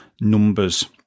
numbers